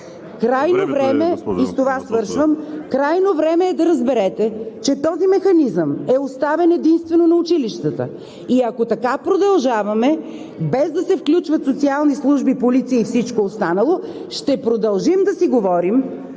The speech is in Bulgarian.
свършвам, да разберете, че този механизъм е оставен единствено на училищата. И ако така продължаваме, без да се включват социални служби, полиция и всичко останало, ще продължим да си говорим,